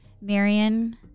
Marion